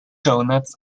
donuts